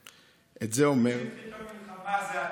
את זה עושה,